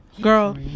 Girl